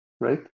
Right